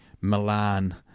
Milan